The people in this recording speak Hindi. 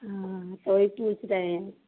हँ त वही पूछ रहे हैं